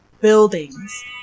buildings